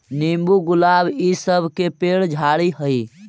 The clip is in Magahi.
नींबू, गुलाब इ सब के पेड़ झाड़ि हई